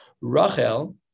Rachel